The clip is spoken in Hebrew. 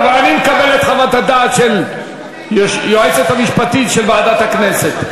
אבל אני מקבל את חוות הדעת של היועצת המשפטית של ועדת הכנסת.